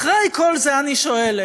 אחרי כל זה אני שואלת: